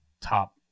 top